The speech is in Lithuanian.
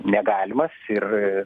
negalimas ir